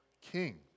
king